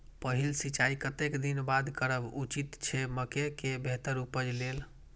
पहिल सिंचाई कतेक दिन बाद करब उचित छे मके के बेहतर उपज लेल?